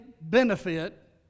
benefit